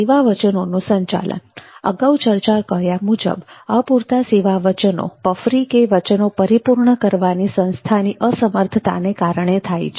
સેવા વચનોનું સંચાલન અગાઉ ચર્ચા કર્યા મુજબ અપૂરતા સેવા વચનો પફરી કે વચનો પરિપૂર્ણ કરવાની સંસ્થાની અસમર્થતાને કારણે થાય છે